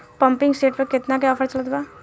Pumping set पर केतना के ऑफर चलत बा?